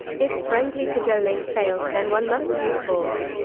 if friendly cajoling failed then one must use force.